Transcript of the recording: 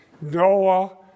Noah